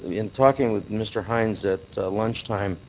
in talking with mr. heinz at lunchtime,